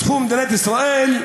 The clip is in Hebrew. בתחום מדינת ישראל,